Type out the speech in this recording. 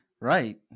Right